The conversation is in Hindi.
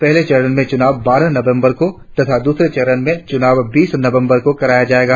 पहले चरण का चूनाव बारह नवम्बर को तथा द्रसरे चरण का चूनाव बीस नवम्बर को कराया जाएगा